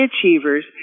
achievers